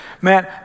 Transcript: man